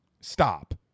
stop